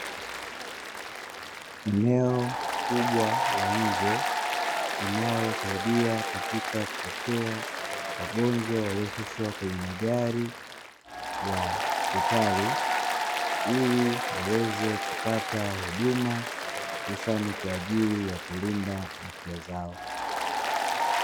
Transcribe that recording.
Eneo kubwa la nje linalosaidia katika kupokea wagonjwa walioshushwa kwenye magari ya hostipatali ili waweze kupate huduma, hususani kwa ajili ya kulinda afya zao.